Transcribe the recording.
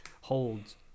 holds